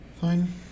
Fine